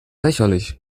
lächerlich